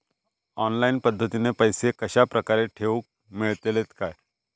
Online पद्धतीन पैसे कश्या प्रकारे ठेऊक मेळतले काय?